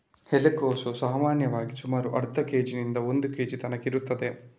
ಎಲೆಕೋಸು ಸಾಮಾನ್ಯವಾಗಿ ಸುಮಾರು ಅರ್ಧ ಕೇಜಿನಿಂದ ಒಂದು ಕೇಜಿ ತನ್ಕ ಇರ್ತದೆ